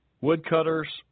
woodcutters